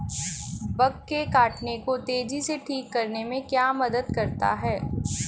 Bug के काटने को तेजी से ठीक करने में क्या मदद करता है?